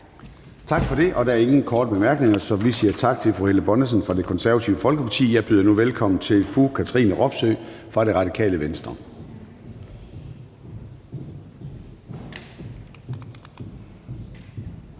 Tak for det. Der er ingen korte bemærkninger, så vi siger tak til fru Helle Bonnesen fra Det Konservative Folkeparti. Jeg byder nu velkommen til fru Katrine Robsøe fra Radikale Venstre. Kl.